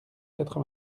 quatre